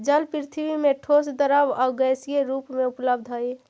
जल पृथ्वी में ठोस द्रव आउ गैसीय रूप में उपलब्ध हई